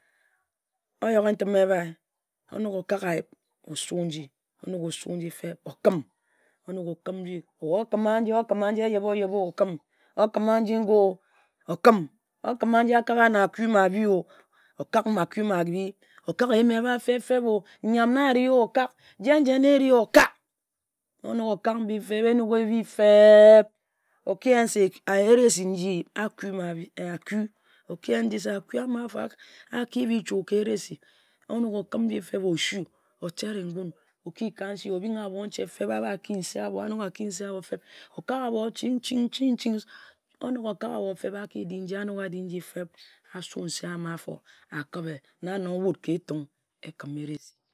Oyork-ghe ntim ebhi, onok okak ayip, osu-nji, onok osu-nji feb, okim, onok okǝm, okǝm nji eyeb-o-yeb-o, okǝm, okǝm nji-ngo okǝm okǝm nji akak-gha na a-kui ma-bhi-o, okǝm, okak a-kui-ma-bhi, okak nyam, ejen-jen na eri-o, okak, okak eyim feb-feb onok-okǝm, ehbi feb-feb oki yen se eresi nji akui ma-bhi a-ki bhi cuo-o ka eresi, onok okǝm feb, osue, oki ka nsi, otere ngun. Obing abonehe feb, abha ki nsei abho okak abho chin-chin onok okak abho feb, aki-di nji anok a-di nji, a-su nsei akabe. Na nong wut ka Etung ekima eresa.